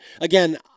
again